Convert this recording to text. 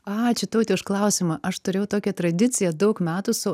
ačiū taute už klausimą aš turėjau tokią tradiciją daug metų su